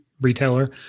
retailer